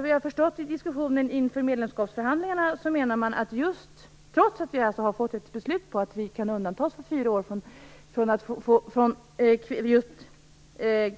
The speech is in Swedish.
Diskussioner om detta fördes ju inför medlemskapsförhandlingarna. Trots att vi har fått ett beslut om att vi kan undantas under fyra år från